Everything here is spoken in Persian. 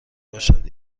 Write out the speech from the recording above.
باشد